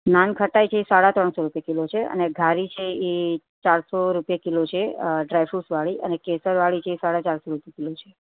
નાનખટાઈ છે એ સાડા ત્રણસો રૂપિયે કિલો છે અને ઘારી છે અને એક ચારસો રૂપિયે કિલો છે ડ્રાયફ્રૂટ્સવાળી અને કેસરવાળી છે એ સાડા ચારસો રૂપિયે કિલો છે